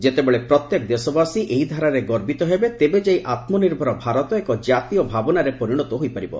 ଯେତେବେଳେ ପ୍ରତ୍ୟେକ ଦେଶବାସୀ ଏହି ଧାରାରେ ଗର୍ବିତ ହେବେ ତେବେ ଯାଇ ଆତ୍ମନିର୍ଭର ଭାରତ ଏକ ଜାତୀୟ ଭାବନାରେ ପରିଣତ ହୋଇପାରିବ